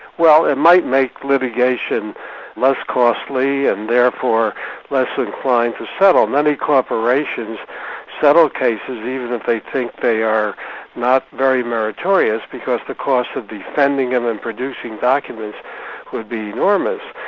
well it might make litigation less costly and therefore less inclined to settle. many corporations settle cases even if they think they are not very meritorious, because the cost of defending them and producing documents would be enormous.